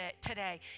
today